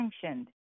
sanctioned